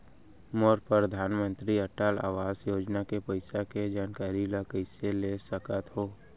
मोर परधानमंतरी अटल आवास योजना के पइसा के जानकारी ल कइसे ले सकत हो?